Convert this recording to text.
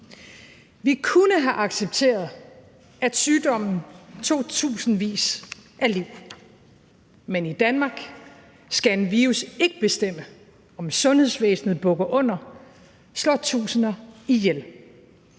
Vi kunne have accepteret, at sygdommen tog tusindvis af liv, men i Danmark skal en virus ikke bestemme, om sundhedsvæsenet bukker under, om den slår tusinder ihjel.